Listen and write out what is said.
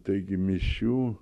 taigi mišių